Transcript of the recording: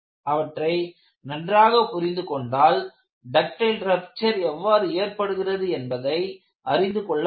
அவற்றை நன்றாக புரிந்து கொண்டால் டக்டில் ரப்சர் எவ்வாறு ஏற்படுகிறது என்பதை அறிந்து கொள்ள முடியும்